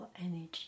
energy